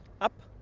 up